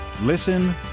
Listen